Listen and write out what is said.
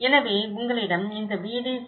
எனவே உங்களிடம் இந்த VDC